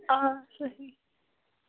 آ صحیح